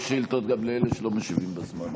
יש גם שאילתות לאלה שלא משיבים בזמן.